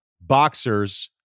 boxers